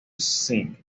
singh